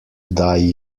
die